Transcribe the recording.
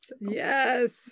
Yes